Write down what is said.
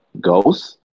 Ghost